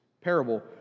parable